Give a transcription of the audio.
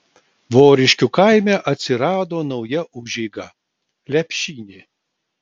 voriškių kaime atsirado nauja užeiga lepšynė